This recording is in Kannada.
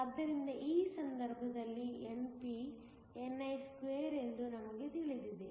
ಆದ್ದರಿಂದ ಈ ಸಂದರ್ಭದಲ್ಲಿ np ni2 ಎಂದು ನಮಗೆ ತಿಳಿದಿದೆ